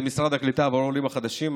במשרד הקליטה עם העולים החדשים,